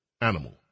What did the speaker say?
animal